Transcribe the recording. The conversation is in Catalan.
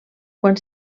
quan